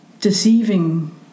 deceiving